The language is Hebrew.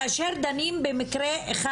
כאשר דנים במקרה אחד,